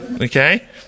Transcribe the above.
Okay